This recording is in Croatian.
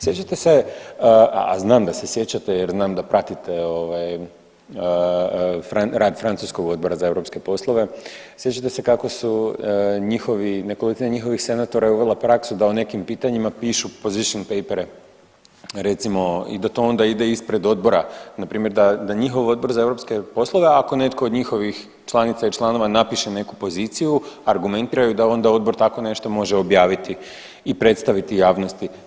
Sjećate se, a znam da se sjećate jer znam da pratite rad francuskog Odbora za europske poslove, sjećate se kako su njihovi nekolicina njihovih senatora je uvela praksu da o nekim pitanjima pišu position papere recimo i da to onda ide ispred Odbora npr. da njihov Odbor za europske poslove ako netko od njihovih članica i članova napiše neku poziciju, argumentira ju da onda Odbor tako nešto može objaviti i predstaviti javnosti.